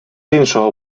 іншого